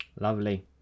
Lovely